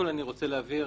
אני רוצה להבהיר